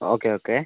okay okay